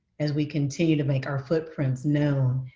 as we continue to make our footprints known,